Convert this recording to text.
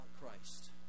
Christ